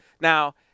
Now